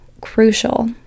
crucial